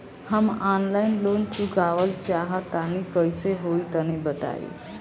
हम online loan चुकावल चाहऽ तनि कइसे होई तनि बताई?